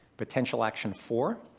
potential action four,